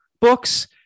books